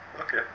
Okay